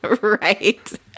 Right